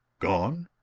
gone?